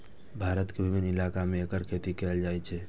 भारत के विभिन्न इलाका मे एकर खेती कैल जाइ छै